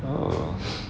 oh